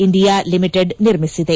India limited ನಿರ್ಮಿಸಿದೆ